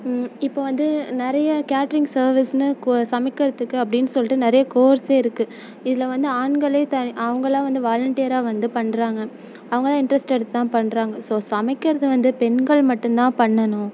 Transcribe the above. இப்போ வந்து நிறைய கேட்டரிங் சர்வீஸ்னு கு சமைக்கிறதுக்கு அப்படின்னு சொல்லிட்டு நிறைய கோர்ஸே இருக்குது இதில் வந்து ஆண்களே தனி அவங்களா வந்து வாலண்டியராக வந்து பண்ணுறாங்க அவங்க தான் இன்ட்ரெஸ்ட் எடுத்து தான் பண்ணுறாங்க ஸோ சமைக்கின்றது வந்து பெண்கள் மட்டும் தான் பண்ணணும்